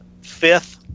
fifth